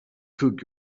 cook